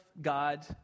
God